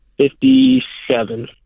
Fifty-seven